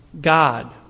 God